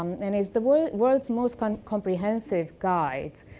and it's the world's world's most kind of comprehensive guide